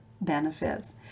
benefits